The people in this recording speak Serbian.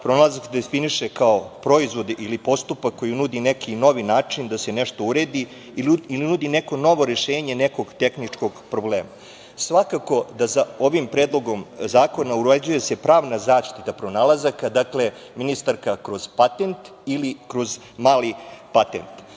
pronalazak definiše, kao proizvodi ili postupak koji nudi neki novi način da se nešto uredi i nudi neko novo rešenje nekog tehničkog problema. Svakako da za ovim predlogom zakona uređuje se pravna zaštita pronalazaka, dakle, ministarka kroz patent ili kroz mali patent. Sa